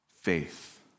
faith